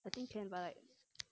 I think can but like